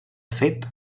fet